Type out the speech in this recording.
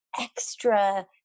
extra